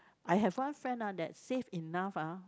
I have one friend ah that save enough ah